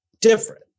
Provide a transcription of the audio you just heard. different